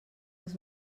als